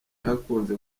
hakunze